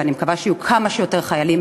ואני מקווה שיהיו כמה שיותר חיילים,